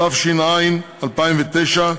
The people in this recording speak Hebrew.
התש"ע 2009,